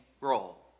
role